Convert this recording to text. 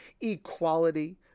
equality